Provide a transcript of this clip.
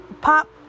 Pop